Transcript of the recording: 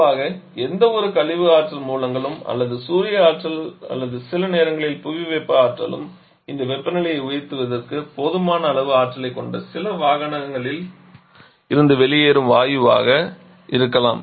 பொதுவாக எந்தவொரு கழிவு ஆற்றல் மூலங்களும் அல்லது சூரிய ஆற்றல் அல்லது சில நேரங்களில் புவிவெப்ப ஆற்றலும் இந்த வெப்பநிலையை உயர்த்துவதற்கு போதுமான அளவு ஆற்றலைக் கொண்ட சில வாகனங்களில் இருந்து வெளியேறும் வாயுவாக இருக்கலாம்